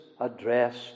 address